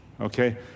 okay